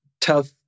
tough